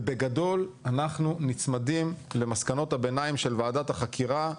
ובגדול אנחנו נצמדים למסקנות הביניים של ועדת החקירה.